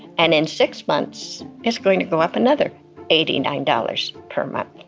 and in six months, it's going to go up another eighty nine dollars per month.